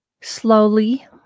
slowly